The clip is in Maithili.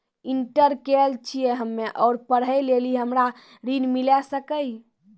इंटर केल छी हम्मे और पढ़े लेली हमरा ऋण मिल सकाई?